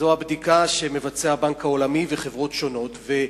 זה הבדיקה שעושים הבנק העולמי וחברות שונות.